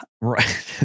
right